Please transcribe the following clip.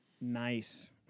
nice